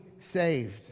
saved